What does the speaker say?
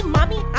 Mommy